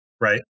Right